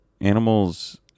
animals